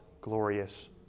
glorious